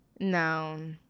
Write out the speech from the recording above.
No